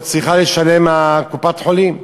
או צריכה לשלם קופת-חולים,